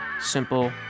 simple